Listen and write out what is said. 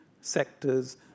sectors